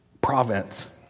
province